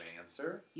answer